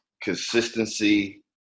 consistency